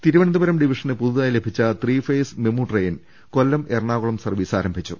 തിരുവനന്തപുരം ഡിവിഷന് പുതുതായിലഭിച്ച three phase MEMU train Kollam Ernakulam service ആരംഭിച്ചു